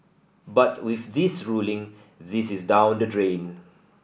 but with this ruling this is down the drain